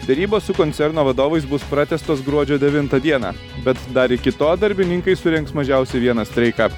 derybos su koncerno vadovais bus pratęstos gruodžio devintą dieną bet dar iki to darbininkai surengs mažiausiai vieną streiką